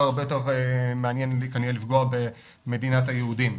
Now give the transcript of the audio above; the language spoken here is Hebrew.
הרבה יותר מעניין כנראה לפגוע במדינת היהודים.